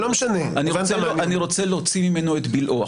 אני רוצה להוציא ממנו את בלעו.